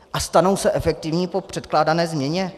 A stanou se efektivní po předkládané změně?